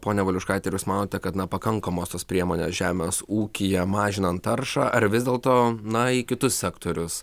ponia valiuškaite ar jūs manote kad na pakankamos tos priemonės žemės ūkyje mažinant taršą ar vis dėlto na į kitus sektorius